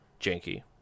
janky